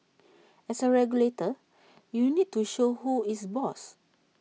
as A regulator you need to show who is boss